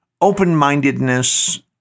open-mindedness